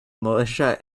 militia